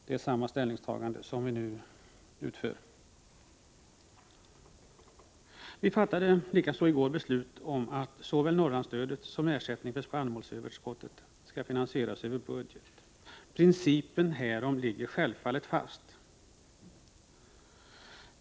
Det är samma ställningstagande som vi nu gör. Vi fattade likaså i går beslut om att såväl Norrlandsstödet som ersättningen för spannmålsöverskottet skall finansieras över budgeten. Principen härom ligger självfallet fast.